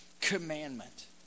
commandment